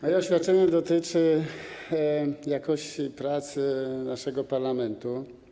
Moje oświadczenie dotyczy jakości pracy naszego parlamentu.